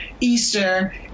Easter